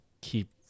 Keep